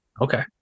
okay